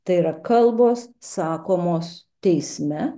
tai yra kalbos sakomos teisme